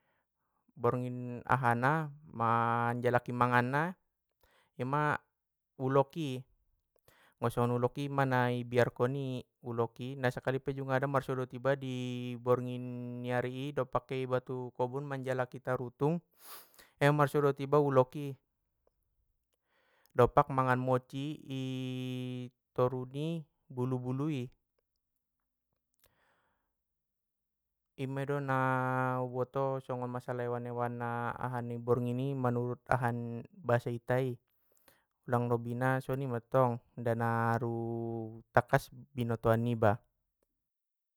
Borngin ahana manjalaki mangan na, ima ulok i, songon ulok ima na biarkon uloki nasakali pe jungada pasuo dohot iba i borngin ni ari i dompak ke i ba tu kobun manjaliki tarutung ima pasuo iba dot ulok i, dompak mangan monci i toru ni bulu bulu i. I mei do na uboto hewan hewan na borngin i manurut aha ni bahasa ita i dang lobina songoni mattong dang na searu takkas pambinotoan niba.